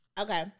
Okay